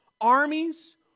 armies